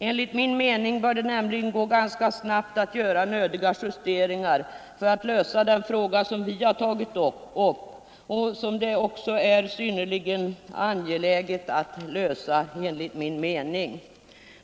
Enligt min mening bör det nämligen gå ganska snabbt att göra nödvändiga justeringar i denna fråga, vilket också är synnerligen angeläget.